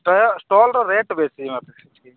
ସେ ଷ୍ଟଲ୍ର ରେଟ୍ ବେଶୀ ଅଛି